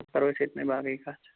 کَرو أسۍ أتۍنٕے باقٕے کَتھ